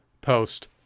post